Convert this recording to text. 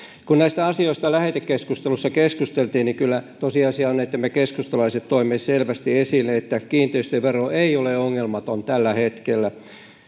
kun näistä asioista lähetekeskustelussa keskusteltiin niin kyllä tosiasia on että me keskustalaiset toimme selvästi esille että kiinteistövero ei ole ongelmaton tällä hetkellä